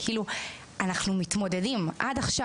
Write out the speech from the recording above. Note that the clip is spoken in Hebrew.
אנחנו מתמודדים עד עכשיו,